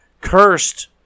cursed